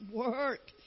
work